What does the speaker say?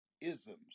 isms